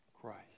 Christ